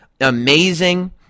amazing